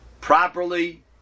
properly